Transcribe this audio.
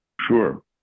Sure